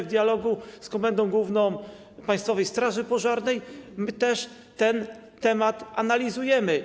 W dialogu z Komendą Główną Państwowej Straży Pożarnej my też ten temat analizujemy.